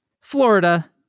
Florida